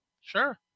sure